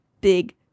big